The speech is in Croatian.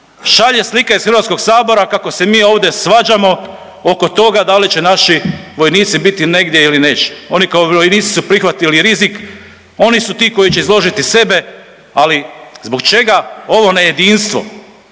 šalje slika iz Hrvatskog sabora kako se mi ovdje svađamo oko toga da li će naši vojnici biti negdje ili neće. Oni kao vojnici su prihvatili rizik, oni su ti koji će izložiti sebe, ali zbog čega ovo nejedinstvo.